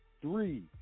three